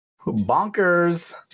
bonkers